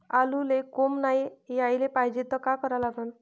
आलूले कोंब नाई याले पायजे त का करा लागन?